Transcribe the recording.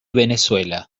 venezuela